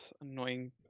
annoying